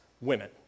women